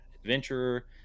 adventurer